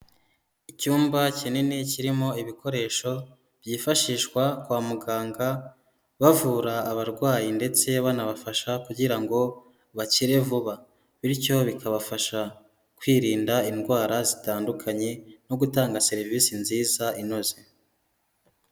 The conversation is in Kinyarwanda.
Icyumba kinini, kirimo ibikoresho byifashishwa kwa muganga, bavura abarwayi ndetse banabafasha, kugira ngo bakire vuba. Bityo bikabafasha kwirinda indwara zitandukanye, no gutanga serivisi nziza inoze.